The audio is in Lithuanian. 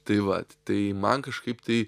tai vat tai man kažkaip tai